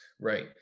Right